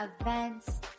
events